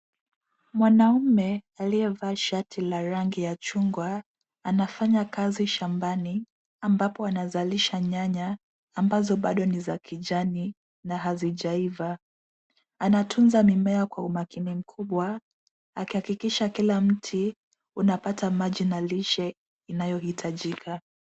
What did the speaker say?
Mwanaume aliyevaa shati la rangi ya chungwa anafanya kazi shambani ambapo anazalisha nyanya ambazo bado ni za kijani na hazijaiva. Anatunza mimea kwa umakini mkubwa akihakikisha kila mti unapata maji na lishe inayohitajika.